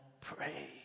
pray